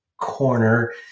corner